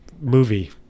movie